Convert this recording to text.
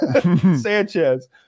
sanchez